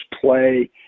play